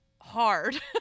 hard